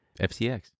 FCX